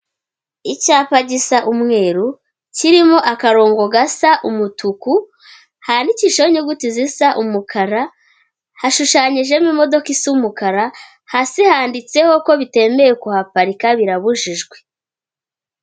Icyapa gisa umweru, kirimo akarongo gasa umutuku, handikishijeho inyuguti zisa umukara, hashushanyijemo imodoka isa umukara, hasi handitseho ko bitemewe kuhaparika, birabujijwe.